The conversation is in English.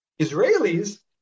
Israelis